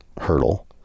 hurdle